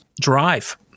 drive